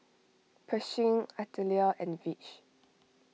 Pershing Artelia and Vidge